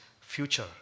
future